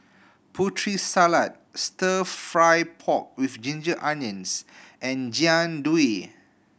Putri Salad Stir Fry pork with ginger onions and Jian Dui